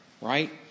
right